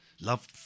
Love